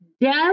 Death